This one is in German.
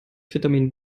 vitamin